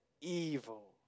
evil